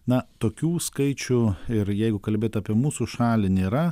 na tokių skaičių ir jeigu kalbėt apie mūsų šalį nėra